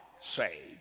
saved